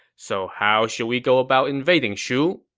so how should we go about invading shu?